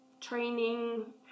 training